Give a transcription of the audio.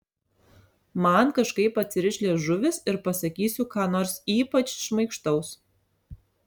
man kažkaip atsiriš liežuvis ir pasakysiu ką nors ypač šmaikštaus